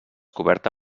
coberta